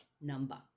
number